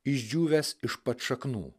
išdžiūvęs iš pat šaknų